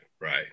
right